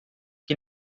que